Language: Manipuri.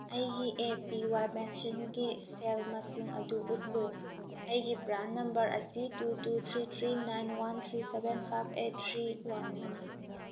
ꯑꯩꯒꯤ ꯑꯦ ꯄꯤ ꯋꯥꯏ ꯄꯦꯟꯁꯟꯒꯤ ꯁꯦꯜ ꯃꯁꯤꯡ ꯑꯗꯨ ꯎꯠꯂꯨ ꯑꯩꯒꯤ ꯄ꯭ꯔꯥꯟ ꯅꯝꯕ꯭ꯔ ꯑꯁꯤ two two three three nine one three seven five eight three ꯋꯥꯟꯅꯤ